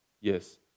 Yes